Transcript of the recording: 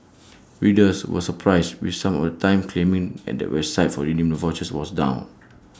readers were surprised with some at the time claiming and the website for redeeming the vouchers was down